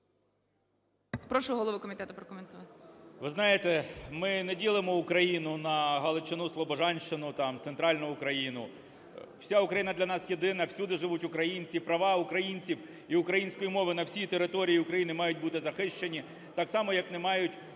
Ви знаєте, ми не ділимо Україну на Галичину, Слобожанщину, там, Центральну Україну – вся Україна для нас єдина, всюди живуть українці. Права українців і української мови на всій території України мають бути захищені. Так само як не мають,